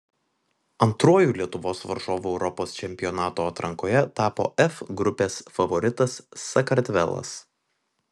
antruoju lietuvos varžovu europos čempionato atrankoje tapo f grupės favoritas sakartvelas